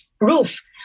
roof